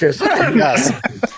Yes